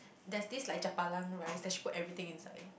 there's dish like japalang rice then she just put everything inside